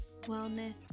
wellness